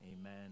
Amen